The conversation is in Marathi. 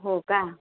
हो का